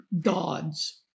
gods